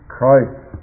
Christ